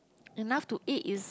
enough to eat is